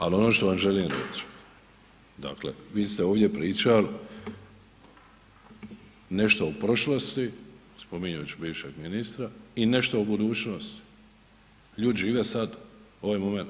Ali ono što vam želim reći, dakle vi ste ovdje pričali nešto o prošlosti, spominjući bivšeg ministra i nešto o budućnosti, ljudi žive sad, ovaj momenat.